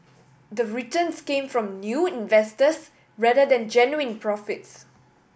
the returns came from new investors rather than genuine profits